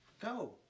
Go